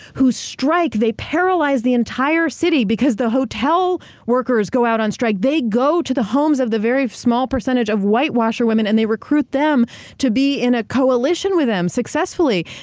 who strike, they paralyze the entire city, because the hotel workers go out on strike. they go to the homes of the very small percentage of white washerwomen, and they recruit them to be in ah coalition with them, successfully.